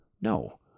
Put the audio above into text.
No